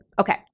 Okay